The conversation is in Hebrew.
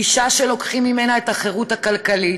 אישה שלוקחים ממנה את החירות הכלכלית,